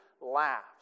laughs